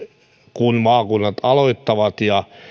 kun maakunnat aloittavat ja